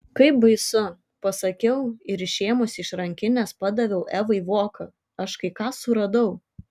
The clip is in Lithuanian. kaip baisu pasakiau ir išėmusi iš rankinės padaviau evai voką aš kai ką suradau